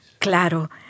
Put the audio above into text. Claro